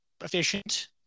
efficient